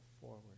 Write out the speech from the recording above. forward